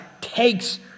takes